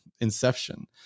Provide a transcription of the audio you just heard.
inception